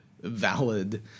valid